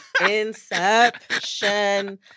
Inception